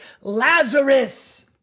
Lazarus